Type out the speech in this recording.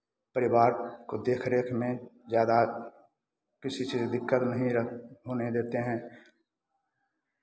परिवार को देखरेख में ज़्यादा किसी चीज़ की दिक्कत नहीं रख होने देते हैं